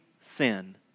sin